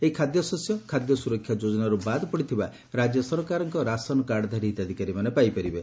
ଏହି ଖାଦ୍ୟଶସ୍ୟ ଖାଦ୍ୟ ସୁରକ୍ଷା ଯୋଜନାରୁ ବାଦ୍ ପଡିଥିବା ରାଜ୍ୟ ସରକାରଙ୍କର ରାସନକାର୍ଡଧାରୀ ହିତାଧ୍ବକାରୀମାନେ ପାଇପାରିବେ